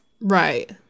Right